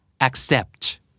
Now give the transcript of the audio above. Accept